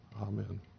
Amen